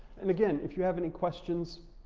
and again, if you have any questions,